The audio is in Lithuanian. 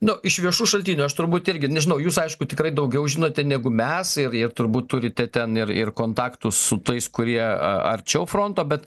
nu iš viešų šaltinių aš turbūt irgi nežinau jūs aišku tikrai daugiau žinote negu mes ir ir turbūt turite ten ir ir kontaktų su tais kurie arčiau fronto bet